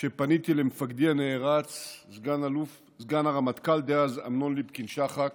כשפניתי למפקדי הנערץ סגן הרמטכ"ל דאז אמנון ליפקין שחק